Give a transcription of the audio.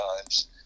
times